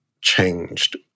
changed